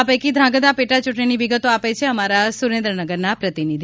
આ પૈકી ધ્રાંગધ્રા પેટાચૂંટલીની વિગતો આપે છે અમારા સુરેન્દ્રનગરના પ્રતિનિધિ